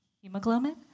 Hemoglobin